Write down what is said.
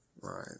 right